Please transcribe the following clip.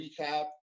recap